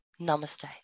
namaste